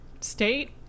State